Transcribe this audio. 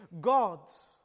gods